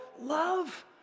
love